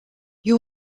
you